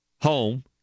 home